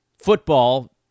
Football